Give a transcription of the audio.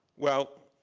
well,